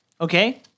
Okay